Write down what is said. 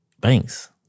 banks